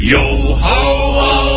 Yo-ho-ho